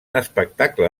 espectacle